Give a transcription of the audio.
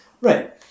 Right